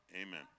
Amen